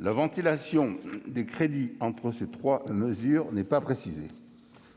la ventilation des crédits entre ces trois mesures n'est pas précisée.